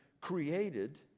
created